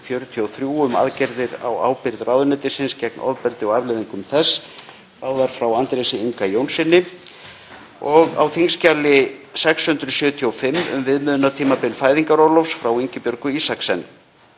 um aðgerðir á ábyrgð ráðuneytisins gegn ofbeldi og afleiðingum þess, báðar frá Andrési Inga Jónssyni, og á þskj. 675, um viðmiðunartímabil fæðingarorlofs, frá Ingibjörgu Isaksen.